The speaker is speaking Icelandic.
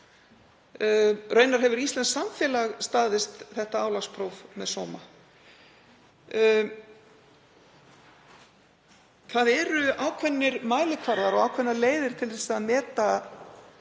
Raunar hefur íslenskt samfélag staðist þetta álagspróf með sóma. Það eru ákveðnir mælikvarðar og ákveðnar leiðir til að meta